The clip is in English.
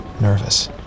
nervous